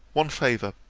one favour,